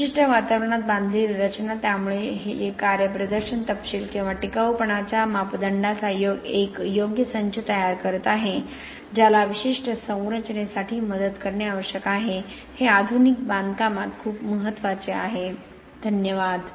विशिष्ट वातावरणात बांधलेली रचना त्यामुळे हे कार्यप्रदर्शन तपशील किंवा टिकाऊपणाच्या मापदंडाचा एक योग्य संच तयार करत आहे ज्याला विशिष्ट संरचनेसाठी मदत करणे आवश्यक आहे हे आधुनिक बांधकामात खूप महत्वाचे आहे धन्यवाद